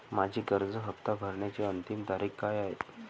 माझी कर्ज हफ्ता भरण्याची अंतिम तारीख काय आहे?